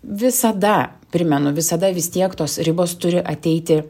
visada primenu visada vis tiek tos ribos turi ateiti